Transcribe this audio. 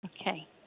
Okay